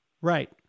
Right